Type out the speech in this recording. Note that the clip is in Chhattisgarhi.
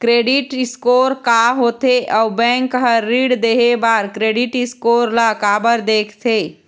क्रेडिट स्कोर का होथे अउ बैंक हर ऋण देहे बार क्रेडिट स्कोर ला काबर देखते?